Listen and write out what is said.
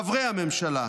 חברי הממשלה,